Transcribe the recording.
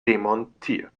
demontiert